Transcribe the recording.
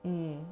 mm